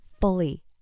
fully